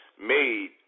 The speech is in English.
made